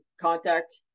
contact